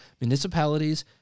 municipalities